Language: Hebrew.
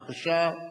בבקשה.